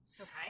okay